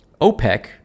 OPEC